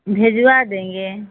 भिजवा देंगे